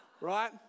Right